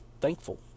thankful